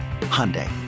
Hyundai